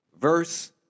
verse